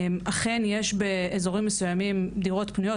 אכן יש באזורים מסוימים דירות פנויות,